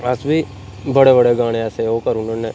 अस बी बड़े बड़े गाने ऐसे ओह् करी ओड़ने होन्ने